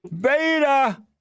Beta